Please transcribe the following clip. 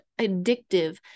addictive